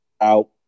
out